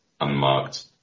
unmarked